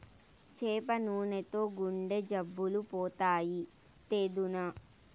చేప నూనెతో గుండె జబ్బులు పోతాయి, తెద్దునా